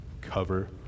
Cover